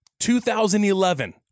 2011